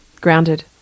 grounded